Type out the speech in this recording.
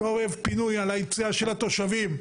על היציאה של התושבים.